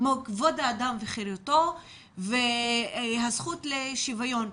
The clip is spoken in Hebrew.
כמו כבוד האדם וחירותו והזכות לשוויון.